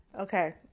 Okay